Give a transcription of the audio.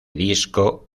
disco